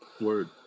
word